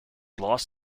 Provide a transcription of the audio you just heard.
lost